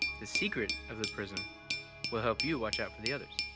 the secret of the prism will help you watch out for the others.